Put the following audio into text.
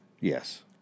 Yes